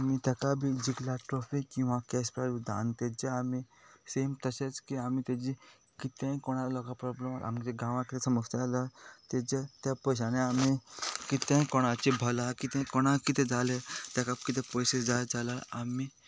आमी ताका बी जिकला ट्रॉफीक किंवा कॅश प्रायज आनी ताजे आमी सेम तशेंच की आमी ताजे कितेंय कोणाक लोकां प्रोब्लम आमच्या गांवांत समजता जाल्यार ताजे त्या पयशांनी आमी कितेंय कोणाची भला कितें कोणाक कितें जालें ताका कितें पयशे जाय जाल्यार आमी